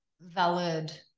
valid